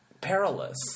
perilous